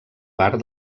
part